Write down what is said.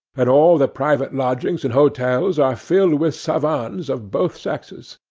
and all the private lodgings and hotels are filled with savans of both sexes.